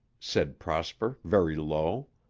said prosper, very low.